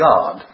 God